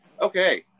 okay